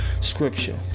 scripture